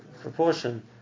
proportion